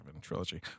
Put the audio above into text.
trilogy